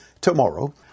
Tomorrow